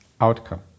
outcome